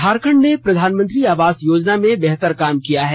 झारखंड ने प्रधानमंत्री आवास योजना में बेहतर काम किया है